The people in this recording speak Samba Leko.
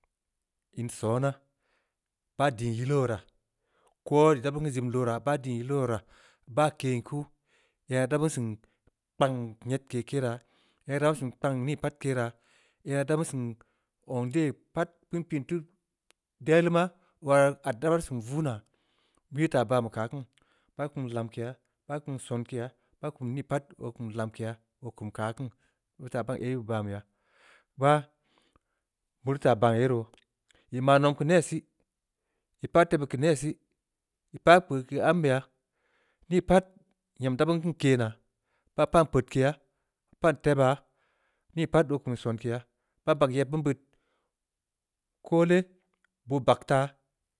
In sona, baa diin yilu woraa, koo nii da beu keun jibm loraa, baa diin yili wora, baa ken kuu, yaa daa beu seun kpank nyedke keraa, ya da beu seun kpank nii pat keraa. ya da beu seun zong de pat, beun piin teu deleu maa, oo raa ad da beu seun vungha, beui teu baan be keu aah keun, baa kum lamkeya, baa kum sonkeya, baa kum nii pat oo kum lamkeya, oo kum keu aah kin, beu teu taa yin baan hair, bah, meurii taa baan ye roo, ii nom keu neh sii, ii pah teuneu keu neh sii, ii paa keuke ambeya, nii pat nyam da beun keun ke naa, baa pan peudke yaa, baa pan tebaa. nii pat oo kum sonkeya, baa bagn yeb beun beud koole, boo bag taa.